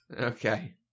Okay